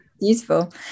Useful